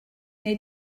wnei